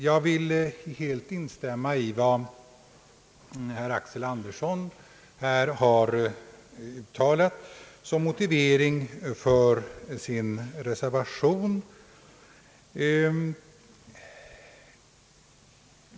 Jag vill helt instämma i vad herr Axel Andersson uttalat som motivering för reservationen.